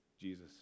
Jesus